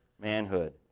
manhood